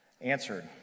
answered